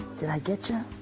did i get you?